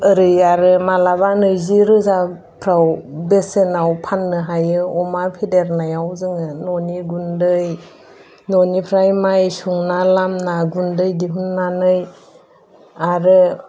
ओरै आरो माब्लाबा नैजि रोजाफोराव बेसेनाव फाननो हायो अमा फेदेरनायाव जोङो न'नि गुन्दै न'निफ्राय माइ सौना लामना गुन्दै दिहुननानै आरो